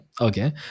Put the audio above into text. okay